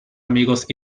amigos